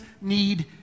need